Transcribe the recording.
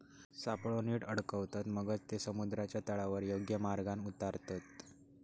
सापळो नीट अडकवतत, मगच ते समुद्राच्या तळावर योग्य मार्गान उतारतत